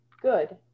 Good